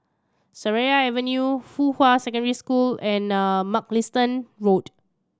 Seraya Avenue Fuhua Secondary School and Mugliston Road